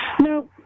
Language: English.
No